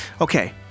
Okay